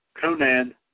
Conan